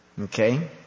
Okay